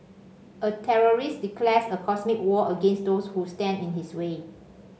a terrorist declares a cosmic war against those who stand in his way